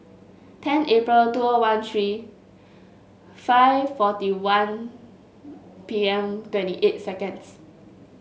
ten April two O one three five forty one P M twenty eight seconds